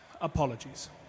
Apologies